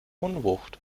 unwucht